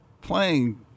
playing